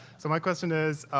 so my question is,